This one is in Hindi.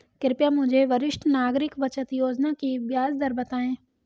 कृपया मुझे वरिष्ठ नागरिक बचत योजना की ब्याज दर बताएं